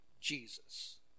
Jesus